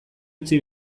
utzi